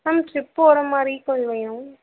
ma'am trip போகிற மாதிரி vehicle வேணும்